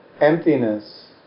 emptiness